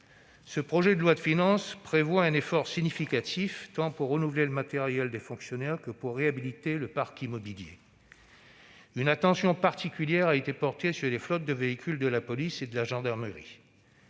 Ce projet de loi de finances prévoit un effort significatif, tant pour renouveler le matériel des fonctionnaires que pour réhabiliter le parc immobilier. Une attention particulière a été portée aux flottes de véhicules de la police et de la gendarmerie.